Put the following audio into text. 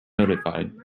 notified